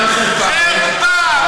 חרפה,